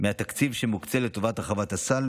מהתקציב שמוקצה לטובת הרחבת הסל,